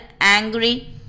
angry